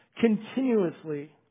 continuously